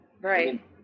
Right